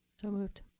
so moved.